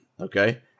Okay